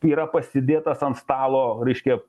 yra pasidėtas ant stalo reiškia